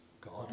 God